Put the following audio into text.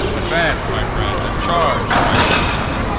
advance, my friends, and charge! i lead the way.